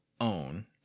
own